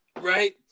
Right